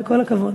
כל הכבוד